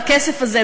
הכסף הזה,